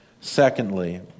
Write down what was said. Secondly